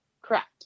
Correct